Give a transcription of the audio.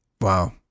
Wow